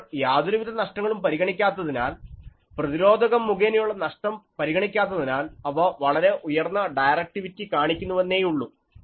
നമ്മൾ യാതൊരുവിധ നഷ്ടങ്ങളും പരിഗണിക്കാത്തതിനാൽ പ്രതിരോധകം മുഖേനയുള്ള നഷ്ടം പരിഗണിക്കാത്തതിനാൽ അവ വളരെ ഉയർന്ന ഡയറക്ടിവിറ്റി കാണിക്കുന്നു എന്നേയുള്ളൂ